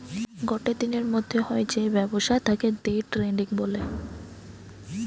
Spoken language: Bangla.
গটে দিনের মধ্যে হয় যে ব্যবসা তাকে দে ট্রেডিং বলে